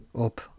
up